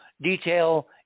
detail